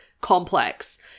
complex